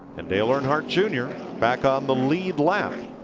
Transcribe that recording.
and dale earnhardt jr. back on the lead lap.